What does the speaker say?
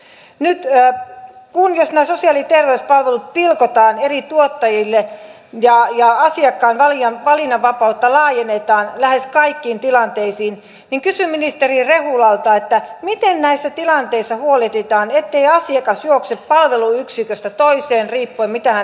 nyt jos nämä sosiaali ja terveyspalvelut pilkotaan eri tuottajille ja asiakkaan valinnanvapautta laajennetaan lähes kaikkiin tilanteisiin niin kysyn ministeri rehulalta miten näissä tilanteissa huolehditaan ettei asiakas juokse palveluyksiköstä toiseen riippuen siitä mitä hän haluaa